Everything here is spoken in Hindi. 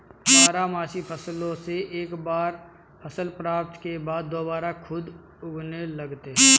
बारहमासी फसलों से एक बार फसल प्राप्ति के बाद दुबारा खुद उगने लगते हैं